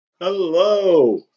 Hello